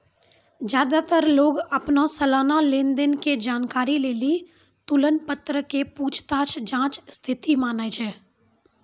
ज्यादातर लोग अपनो सलाना लेन देन के जानकारी लेली तुलन पत्र के पूछताछ जांच स्थिति मानै छै